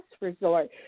resort